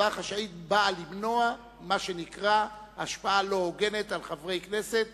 הצבעה חשאית באה למנוע מה שנקרא השפעה לא הוגנת על חברי כנסת,